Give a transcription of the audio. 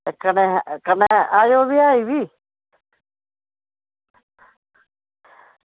कन्नै आयो ब्याहे बी